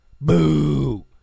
Boo